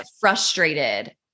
frustrated